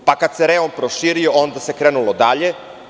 Kad se rejon proširio, onda se krenulo dalje.